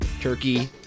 turkey